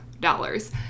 dollars